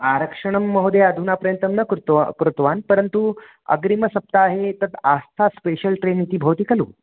आरक्षणं महोदये अधुनापर्यन्तं न कृत्वा कृतवान् परन्तु अग्रिमसप्ताहे तद् आस्था स्पेषल् ट्रेन् इति भवति खलु